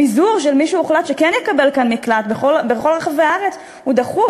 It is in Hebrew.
הפיזור של מי שהוחלט שכן יקבל כאן מקלט בכל רחבי הארץ הוא דחוף.